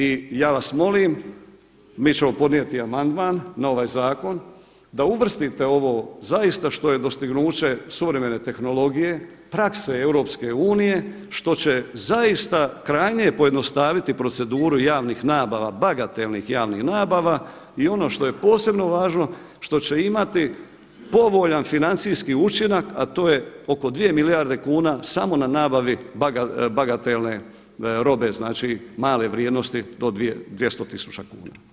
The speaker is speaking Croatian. I ja vas molim mi ćemo podnijeti amandman na ovaj zakon da uvrstite ovo zaista što je dostignuće suvremene tehnologije, prakse EU što će zaista krajnje pojednostaviti proceduru javnih nabava, bagatelnih javnih nabava i ono što je posebno važno što će imati povoljan financijski učinak, a to je oko 2 milijarde kuna samo na nabavi bagatelne robe, znači male vrijednosti do 200 tisuća kuna.